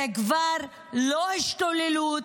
זה כבר לא השתוללות,